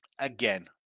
again